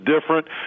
different